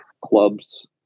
clubs